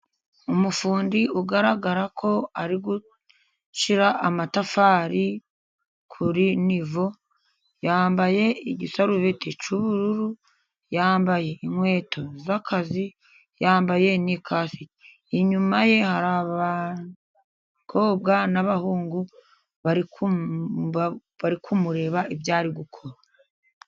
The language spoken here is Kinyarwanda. Umufundi ugaragara ko ari gushyira amatafari kuri nivo, yambaye igisarubeti cy'ubururu, yambaye inkweto z'akazi, yambaye n'ikasike. Inyuma ye hari abakobwa n'abahungu bari bari kumureba ibyo ari gukora.